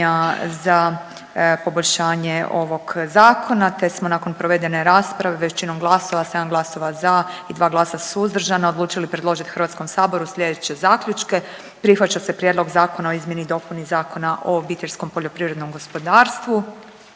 za poboljšanje ovog zakona te smo nakon provedene rasprave većinom glasova, sedam glasova za i dva glasa suzdržana odlučiti predložiti HS-u sljedeće zaključke. Prihvaća se Prijedlog zakona o izmjeni i dopuni Zakona o OPG-u, primjedbe